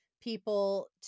people